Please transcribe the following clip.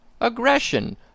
aggression